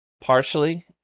Partially